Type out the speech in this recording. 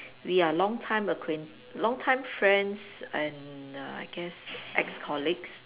we are long time acquaint~ long time friends and err I guess ex-colleagues